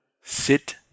Sit